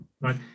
right